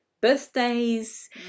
birthdays